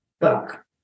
book